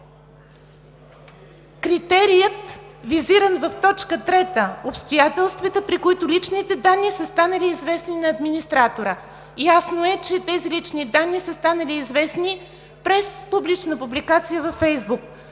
Критерият, визиран в точка 3: „обстоятелствата, при които личните данни са станали известни на администратора“ – ясно е, че тези лични данни са станали известни през публична публикация във Фейсбук.